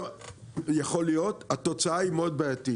יכול להיות, התוצאה היא מאוד בעייתית,